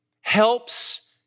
helps